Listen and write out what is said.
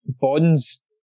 bonds